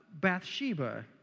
Bathsheba